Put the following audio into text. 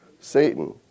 Satan